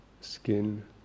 skin